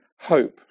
hope